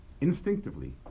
instinctively